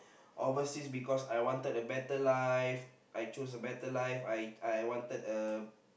overseas because I wanted a better life I choose a better life I I wanted a